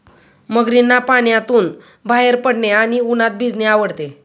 मगरींना पाण्यातून बाहेर पडणे आणि उन्हात भिजणे आवडते